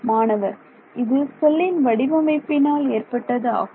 மாணவர் இது செல்லின் வடிவமைப்பினால் ஏற்பட்டதாகும்